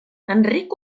enric